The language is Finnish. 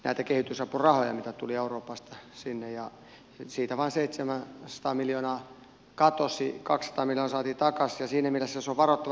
ärkehitysapurahoja mitä tuli euroopasta sinne ja siitä vain seitsemän sataa miljoonaa katosi kakstaminen sovi tarkasteltiin en edes osaa varautua